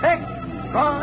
Extra